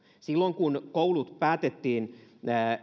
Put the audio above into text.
silloin kun koulut päätettiin